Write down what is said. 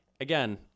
again